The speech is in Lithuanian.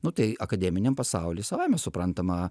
nu tai akademiniam pasauly savaime suprantama